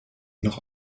noch